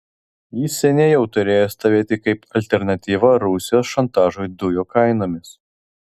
jis seniai jau turėjo stovėti kaip alternatyva rusijos šantažui dujų kainomis